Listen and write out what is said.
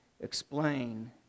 explain